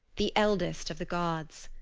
the eldest of the gods.